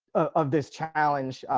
of this challenge.